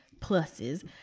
pluses